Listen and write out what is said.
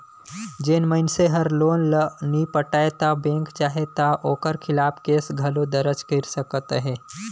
जेन मइनसे हर लोन ल नी पटाय ता बेंक चाहे ता ओकर खिलाफ केस घलो दरज कइर सकत अहे